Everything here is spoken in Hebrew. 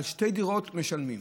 על שתי דירות משלמים.